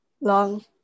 long